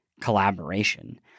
collaboration